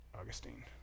Augustine